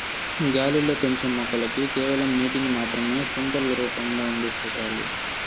గాలిలో పెంచే మొక్కలకి కేవలం నీటిని మాత్రమే తుంపర్ల రూపంలో అందిస్తే చాలు